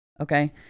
Okay